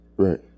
Right